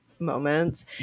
Moments